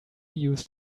used